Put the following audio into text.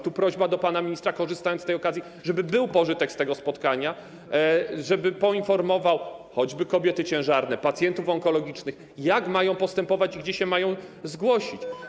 Tu mam prośbę do pana ministra, korzystając z tej okazji, żeby był pożytek z tego spotkania, żeby poinformował choćby kobiety ciężarne, pacjentów onkologicznych, jak mają postępować i gdzie mają się zgłosić.